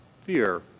fear